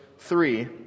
Three